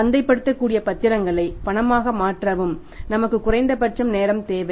சந்தைப்படுத்தக்கூடிய பத்திரங்களை பணமாக மாற்றவும் நமக்கு குறைந்தபட்ச நேரம் தேவை